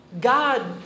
God